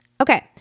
Okay